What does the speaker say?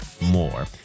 more